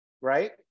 right